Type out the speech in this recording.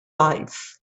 life